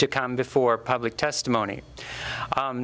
to come before public testimony